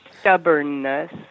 Stubbornness